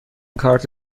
کارت